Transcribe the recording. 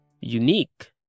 unique